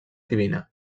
divina